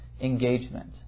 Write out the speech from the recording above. engagement